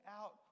out